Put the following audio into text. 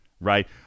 right